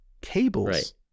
cables